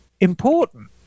important